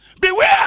Beware